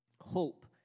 hope